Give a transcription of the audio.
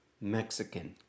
Mexican